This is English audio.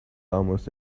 almost